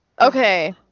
Okay